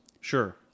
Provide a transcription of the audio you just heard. sure